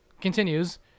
Continues